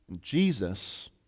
Jesus